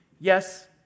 Yes